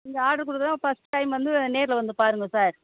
நீங்கள் ஆட்ரு கொடுக்கறவங்க first time வந்து நேரில் வந்து பாருங்கள் சார்